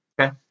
Okay